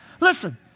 Listen